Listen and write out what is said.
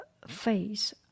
Face